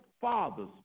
Father's